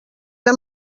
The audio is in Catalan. era